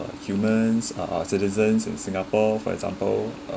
uh humans uh citizens in singapore for example uh